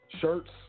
shirts